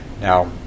Now